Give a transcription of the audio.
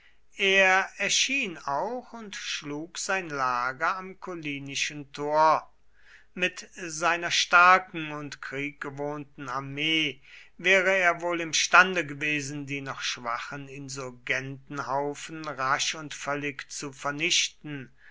er erschien auch und schlug sein lager am collinischen tor mit seiner starken und krieggewohnten armee wäre er wohl imstande gewesen die noch schwachen insurgentenhaufen rasch und völlig zu vernichten